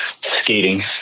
skating